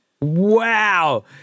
Wow